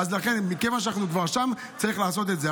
לכן, מכיוון שאנחנו כבר שם, צריך לעשות את זה.